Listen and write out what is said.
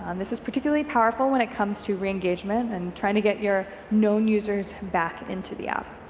and this is particularly powerful when it comes to reengagement and trying to get your known users back into the app.